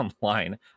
online